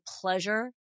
pleasure